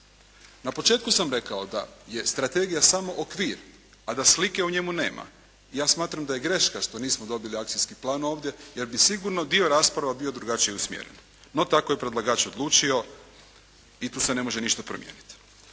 Na početku sam rekao da je strategija samo okvir, a da slike u njemu nema. Ja smatram da je greška što nismo dobili akcijski plan ovdje, jer bi sigurno dio rasprava bio drugačije usmjeren. No tako je predlagač odlučio i tu se ne može ništa promijeniti.